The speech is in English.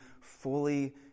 fully